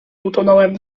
utonąłem